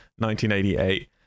1988